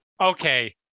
Okay